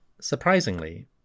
Surprisingly